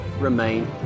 remain